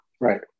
right